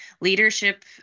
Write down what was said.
leadership